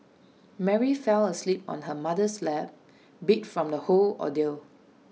Mary fell asleep on her mother's lap beat from the whole ordeal